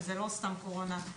וזאת לא סתם קורונה,